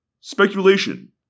Speculation